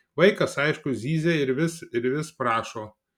vaikas aišku zyzia ir vis ir vis prašo